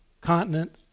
continent